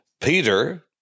Peter